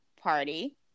party